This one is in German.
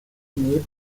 bemüht